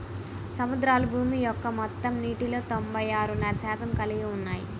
సముద్రాలు భూమి యొక్క మొత్తం నీటిలో తొంభై ఆరున్నర శాతం కలిగి ఉన్నాయి